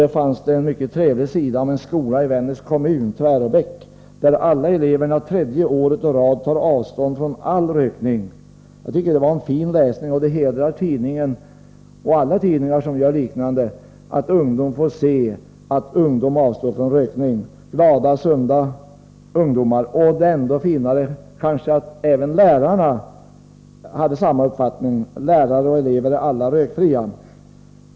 Där fanns det en mycket trevlig sida om en skola i Vännäs kommun, Tväråbäck, där alla eleverna för tredje året i rad tar avstånd från all rökning. Jag tycker det var en fin läsning och det hedrar tidningen, och alla tidningar som gör liknande, att ungdom får se att ungdom avstår från rökning: glada, sunda ungdomar. Det är kanske ändå finare att även lärarna har samma uppfattning. Lärare och elever är alla rökfria.